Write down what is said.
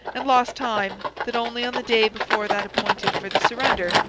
and lost time, that only on the day before that appointed for the surrender,